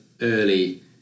early